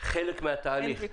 חלק מהתהליך.